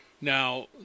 Now